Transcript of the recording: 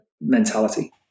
mentality